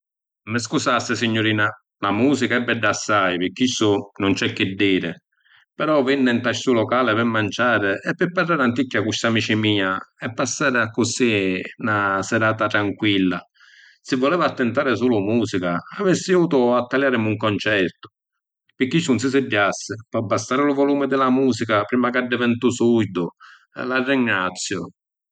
Mi scusassi, signurina, la musica è bedda assai, pi chistu nun c’è chi diri. Però vinni nta stu locali pi manciàri e pi parrari anticchia cu st’amici mia e passari accussì na sirata tranquilla. Si vuleva attintari sulu musica avissi jiutu a taliàrimi un concertu. Pi chistu, nun si siddiassi, po’ abbassari lu volumi di la musica prima c’addiventu surdu. La ringraziu.